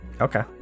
okay